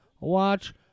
Watch